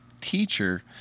teacher